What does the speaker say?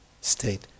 state